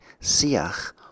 siach